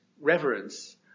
reverence